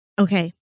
Okay